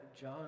John